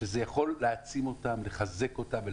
שזה יכול להעצים אותם ולחזק אותם.